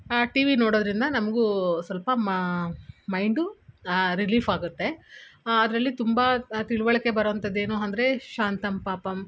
T V ನೋಡೋದರಿಂದ ನಮಗೂ ಸ್ವಲ್ಪ ಮ ಮೈಂಡು ರಿಲೀಫಾಗುತ್ತೆ ಅದರಲ್ಲಿ ತುಂಬ ತಿಳುವಳ್ಕೆ ಬರೊಂಥದ್ದೇನು ಅಂದ್ರೇ ಶಾಂತಮ್ ಪಾಪಮ್